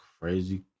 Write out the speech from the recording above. crazy